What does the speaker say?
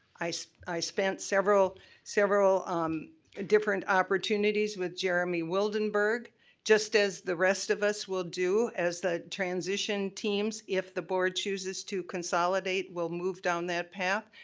i so i spent several several um different opportunities with jeremy wildenburg just as the rest of us will do as the transition teams, if the board chooses to consolidate, will move down that path.